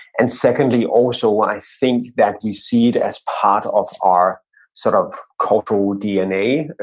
and secondly also i think that we see it as part of our sort of cultural dna.